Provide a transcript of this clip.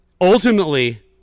ultimately